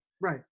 Right